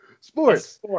sports